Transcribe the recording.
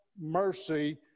mercy